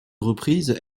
reprises